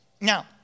Now